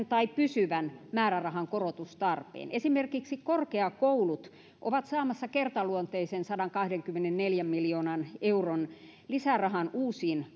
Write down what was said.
tai pysyvän määrärahan korotustarpeen esimerkiksi korkeakoulut ovat saamassa kertaluontoisen sadankahdenkymmenenneljän miljoonan euron lisärahan uusiin